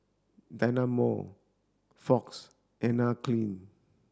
Dynamo Fox Anne Klein